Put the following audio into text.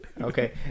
Okay